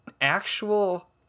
actual